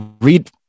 Read